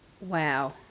Wow